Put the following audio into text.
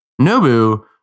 Nobu